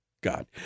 God